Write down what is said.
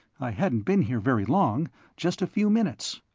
i hadn't been here very long just a few minutes.